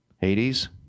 Hades